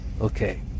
okay